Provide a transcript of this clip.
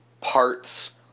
parts